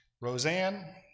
Roseanne